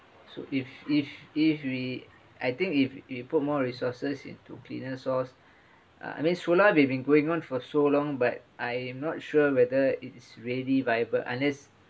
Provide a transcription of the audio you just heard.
so if if if we I think if you put more resources into cleaner source uh I mean solar they've been going on for so long but I am not sure whether it is really viable unless